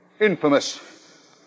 infamous